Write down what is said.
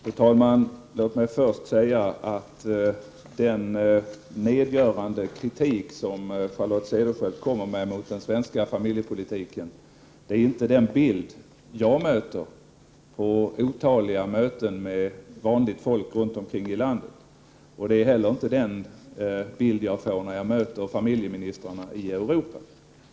Fru talman! Låt mig först säga att den nedgörande kritik som Charlotte Cederschiöld kom med mot den svenska familjepolitiken inte är den bild jag möter på otaliga möten med vanligt folk runt om i landet. Det är inte heller den bild jag får när jag möter familjeministrarna i Europa.